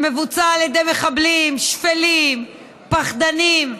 שמבוצע על ידי מחבלים שפלים, פחדנים,